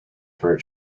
fur